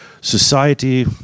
society